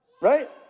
right